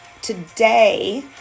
Today